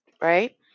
right